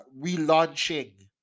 relaunching